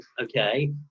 okay